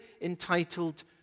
entitled